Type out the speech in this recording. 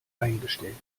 eingestellt